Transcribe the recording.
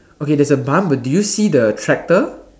okay there's a bump do you see the tractor